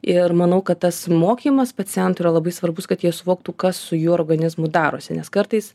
ir manau kad tas mokymas pacientui yra labai svarbus kad jie suvoktų kas su jų organizmu darosi nes kartais